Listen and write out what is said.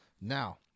Now